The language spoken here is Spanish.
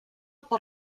por